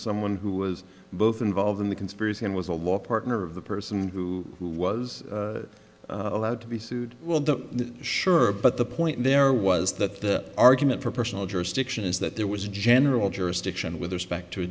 someone who was both involved in the conspiracy and was a law partner of the person who was allowed to be sued will the sure but the point there was that the argument for personal jurisdiction is that there was general jurisdiction with respect to a